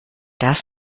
das